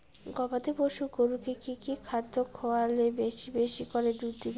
গবাদি পশু গরুকে কী কী খাদ্য খাওয়ালে বেশী বেশী করে দুধ দিবে?